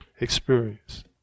experience